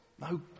No